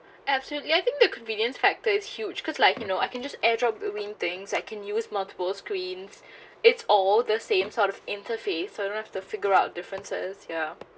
absolutely I think the convenience factor is huge cause like you know I can just air drop things I can use multiple screens it's all the same sort of interface so you have to figure out differences ya